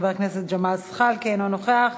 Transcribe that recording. חבר הכנסת ג'מאל זחאלקה, אינו נוכח.